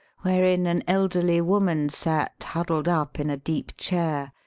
wherein an elderly woman sat huddled up in a deep chair,